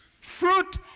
Fruit